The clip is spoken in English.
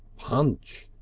punch!